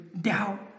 doubt